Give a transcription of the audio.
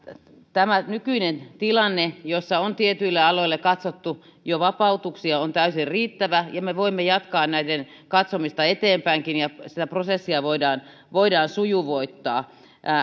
tämä nykyinen tilanne jossa on tietyille aloille katsottu jo vapautuksia on täysin riittävä ja me voimme jatkaa näiden katsomista eteenpäinkin ja sitä prosessia voidaan voidaan sujuvoittaa